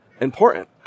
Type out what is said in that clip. important